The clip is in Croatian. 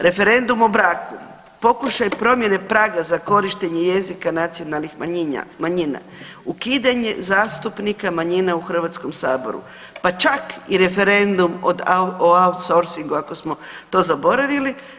Referendum o braku, pokušaj promjene praga za korištenje jezika nacionalnih manjina, ukidanje zastupnika manjina u Hrvatskom saboru pa čak i referendum o outsoursingu ako smo to zaboravili.